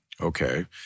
Okay